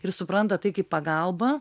ir supranta tai kaip pagalbą